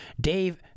Dave